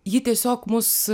ji tiesiog mus